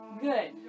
Good